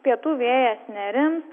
pietų vėjas nerims